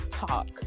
talk